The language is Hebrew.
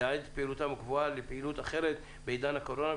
לייעד את פעילותם הקבועה לפעילות אחרת בעידן הקורונה,